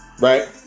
right